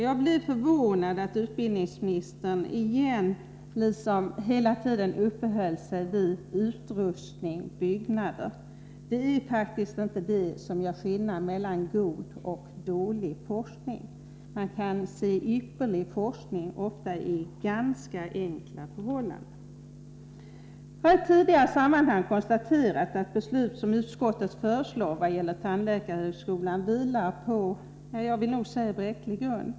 Jag blev förvånad över att utbildningsministern hela tiden uppehöll sig vid frågan om utrustning och byggnader. Det är inte det som gör skillnaden mellan god och dålig forskning. Man kan ofta finna ypperlig forskning i ganska enkla förhållanden. Jag har i tidigare sammanhang konstaterat att utskottets förslag till beslut vad gäller tandläkarhögskolan vilar på bräcklig grund.